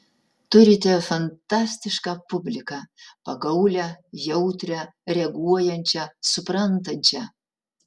turite fantastišką publiką pagaulią jautrią reaguojančią suprantančią